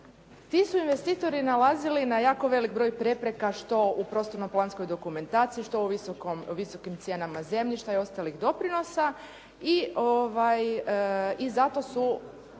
Ti su investitori nailazili na jako velik broj prepreka što u prostorno-planskoj dokumentaciji, što u visokom, visokim cijenama zemljišta i ostalih doprinosa i zato su